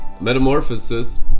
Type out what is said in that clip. metamorphosis